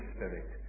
Spirit